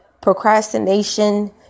procrastination